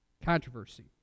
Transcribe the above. controversy